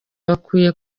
bakwiye